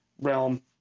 realm